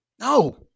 No